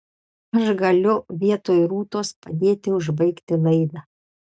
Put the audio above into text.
aš galiu vietoj rūtos padėti užbaigti laidą